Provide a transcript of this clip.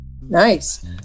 Nice